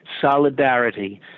solidarity